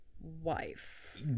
wife